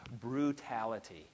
brutality